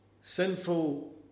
sinful